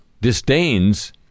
disdains